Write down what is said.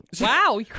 Wow